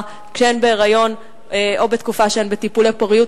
כשהן בהיריון או בתקופה של טיפולי פוריות.